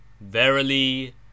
Verily